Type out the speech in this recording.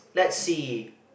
let's see